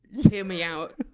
hear me out!